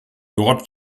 dort